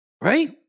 Right